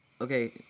Okay